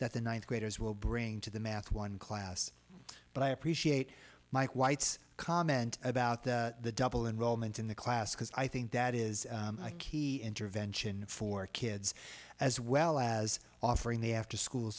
that the ninth graders will bring to the math one class but i appreciate mike white's comment about the double enrollment in the class because i think that is a key intervention for kids as well as offering the afterschool